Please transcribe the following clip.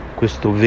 questo